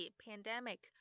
pandemic